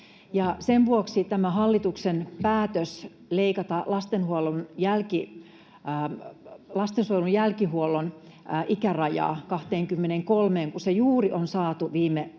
Sen vuoksi tätä hallituksen päätöstä leikata lastensuojelun jälkihuollon ikärajaa 23:een, kun se juuri on saatu viime